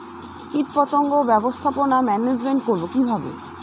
কীটপতঙ্গ ব্যবস্থাপনা ম্যানেজমেন্ট করব কিভাবে?